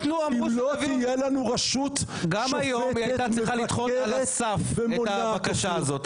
גם היום היא הייתה צריכה לדחות על הסף את הבקשה הזאת.